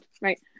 Right